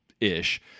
Ish